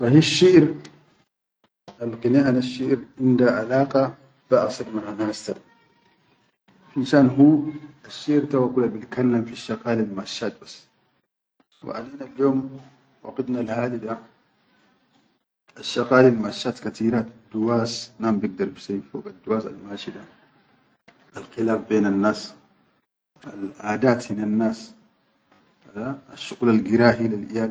Sahisshiʼir alqine hanasshiʼir inda alaqa be asirnal hassa, finshan hu asshiʼir awwal kula bilkallam fisshaqalil masshat bas, wa aninal yom waqitnal hali da asshaqalil masshet kateerat, duwas nadum bigdar bisawwi fogadduwas almashi da alkhilaaf benannas al-aʼadaat hinnennas aʼa asshuqulal girahil.